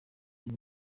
aho